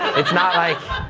it's not like,